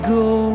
go